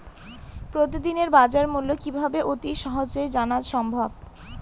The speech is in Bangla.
প্রতিদিনের বাজারমূল্য কিভাবে অতি সহজেই জানা সম্ভব?